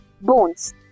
bones